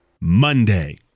Monday